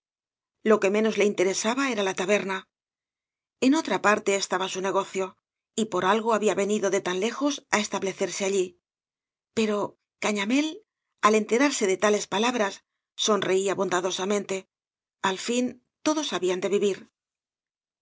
lo que menos le interesaba era la taberna en otra parte estaba su negocio y por algo había venido de tan lejos á establecerse allí pero cañamél al enterarse de tales palabras sonreía bondadosamente al fin todos habían de vivir